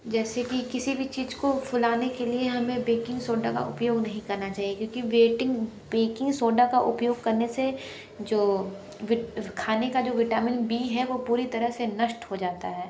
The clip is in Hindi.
जैसे की किसी भी चीज़ को फूलाने के लिए हमें बेकिंग सोडा का उपयोग नहीं करना चाहिए क्योंकी वेटिंग बेकिंग सोडा का उपयोग करने से जो वित खाने का जो विटामिन बी है वह पूरी तरह से नष्ट हो जाता है